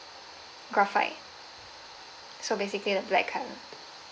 graphite so basically like black colour